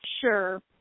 sure